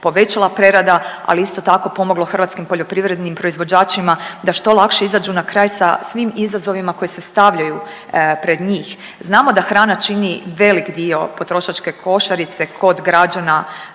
povećala prerada, ali isto tako, pomoglo hrvatskim poljoprivrednim proizvođačima da što lakše izađu na kraj sa svim izazovima koji se stavljaju pred njih. Znamo da hrana čini velik dio potrošačke košarice kod građana